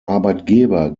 arbeitgeber